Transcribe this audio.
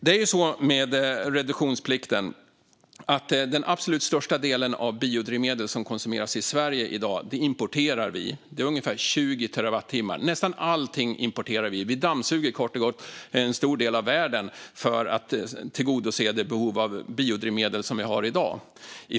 Det är ju så med reduktionsplikten att vi importerar den absolut största delen av det biodrivmedel som konsumeras i Sverige i dag, ungefär 20 terawattimmar. Nästan allting importerar vi. Vi dammsuger kort och gott en stor del av världen för att tillgodose vårt behov av biodrivmedel i dag.